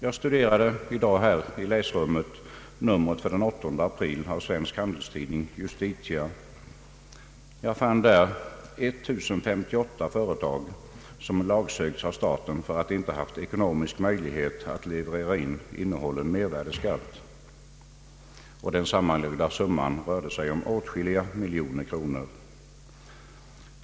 Jag studerade i dag här i läsrummet numret för den 8 april av Svensk Handelstidning Justitia och fann där att 1058 företag lagsökts av staten för att de inte haft ekonomisk möjlighet att leverera in innehållen mervärdeskatt. Och den sammanlagda summan rörde sig om åtskilliga miljoner kronor.